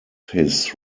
his